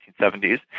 1970s